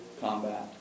combat